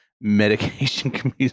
medication